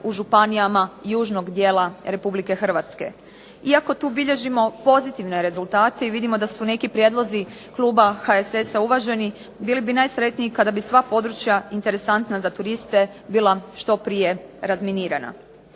u županijama južnog dijela Republike Hrvatske. Iako tu bilježimo pozitivne rezultate i vidimo da su neki prijedlozi kluba HSS-a uvaženi, bili bi najsretniji kada bi sva područja interesantna za turiste bila što prije razminirana.